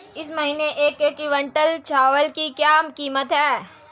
इस महीने एक क्विंटल चावल की क्या कीमत है?